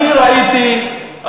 אני ראיתי,